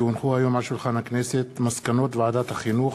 כי הונחו היום על שולחן הכנסת מסקנות ועדת החינוך,